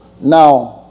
Now